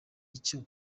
icyo